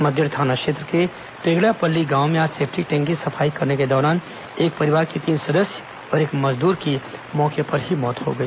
मद्देड थाना क्षेत्र के पेगड़ापल्ली गांव में आज सेप्टिक टैंक की सफाई करने के दौरान एक परिवार के तीन सदस्य और एक मजदूर की मौके पर ही मौत हो गई